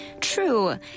True